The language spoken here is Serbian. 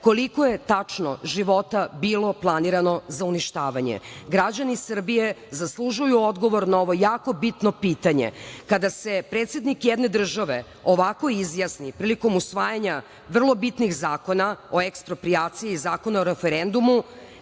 koliko je tačno života bilo planirano za uništavanje? Građani Srbije zaslužuju odgovor na ovo jako bitno pitanje. Kada se predsednik jedne države ovako izjasni prilikom usvajanja vrlo bitnih zakona o eksproprijaciji, Zakona o referendumu,